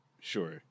Sure